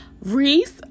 reese